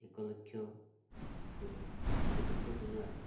ଏକ ଲକ୍ଷ ଏବଂ ଚତୁର୍ଥଟି ହେଲା